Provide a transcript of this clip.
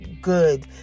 good